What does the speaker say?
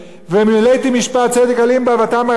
ו"מלאתי משפט צדק ילין בה ועתה מרצחים".